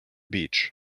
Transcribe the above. beach